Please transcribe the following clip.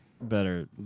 better